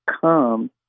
come